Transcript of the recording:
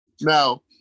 Now